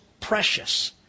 precious